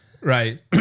Right